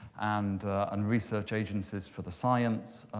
and and research agencies for the science.